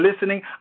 listening